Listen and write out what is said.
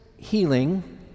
healing